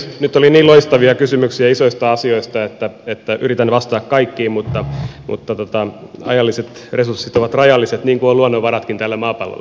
nyt oli niin loistavia kysymyksiä isoista asioista että yritän vastata kaikkiin mutta ajalliset resurssit ovat rajalliset niin kuin ovat luonnonvaratkin tällä maapallolla